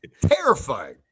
Terrifying